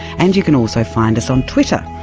and you can also find us on twitter,